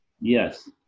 Yes